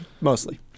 Mostly